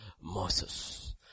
Moses